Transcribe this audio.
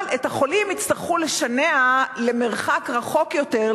אבל את החולים יצטרכו לשנע רחוק יותר,